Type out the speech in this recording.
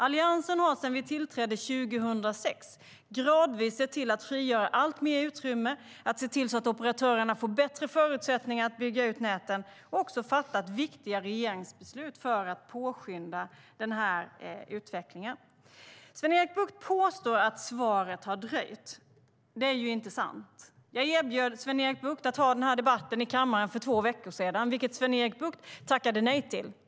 Alliansen har sedan den tillträdde 2006 gradvis sett till att frigöra alltmer utrymme, sett till att operatörerna får bättre förutsättningar att bygga ut näten och fattat viktiga regeringsbeslut för att påskynda den här utvecklingen. Sven-Erik Bucht påstår att svaret har dröjt. Det är inte sant. Jag erbjöd Sven-Erik Bucht att ha den här debatten i kammaren för två veckor sedan, vilket han tackade nej till.